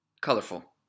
colorful